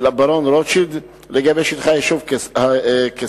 לברון רוטשילד לגבי שטחי היישוב קיסריה,